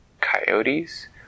coyotes